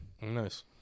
Nice